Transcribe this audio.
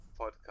podcast